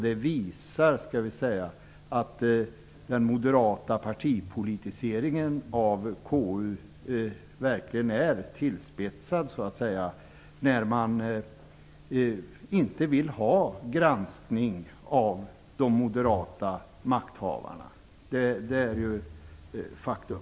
Det visar att den moderata partipolitiseringen av KU verkligen är tillspetsad när man inte vill ha granskning av de moderata makthavarna. Det är ett faktum.